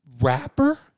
rapper